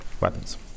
Weapons